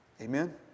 Amen